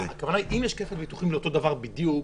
הכוונה שאם יש כפל ביטוחים לאותו דבר בדיוק,